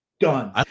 Done